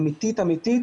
אמיתית-אמיתית,